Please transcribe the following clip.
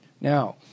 Now